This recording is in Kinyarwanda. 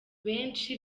benshi